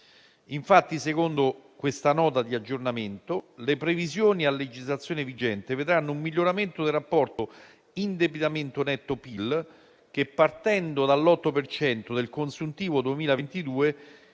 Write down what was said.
Infatti, secondo questa Nota di aggiornamento, le previsioni a legislazione vigente vedranno un miglioramento del rapporto indebitamento netto-PIL, che, partendo dall'8 per cento del consuntivo 2022,